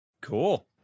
Cool